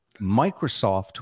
Microsoft